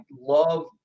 love